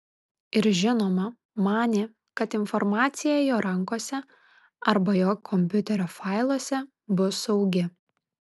ir žinoma manė kad informacija jo rankose arba jo kompiuterio failuose bus saugi